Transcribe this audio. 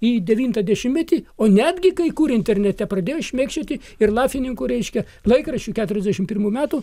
į devintą dešimtmetį o netgi kai kur internete pradėjo šmėkščioti ir lafininkų reiškia laikraščių keturiasdešimt pirmų metų